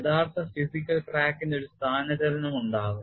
യഥാർത്ഥ ഫിസിക്കൽ ക്രാക്കിന് ഒരു സ്ഥാനചലനം ഉണ്ടാകും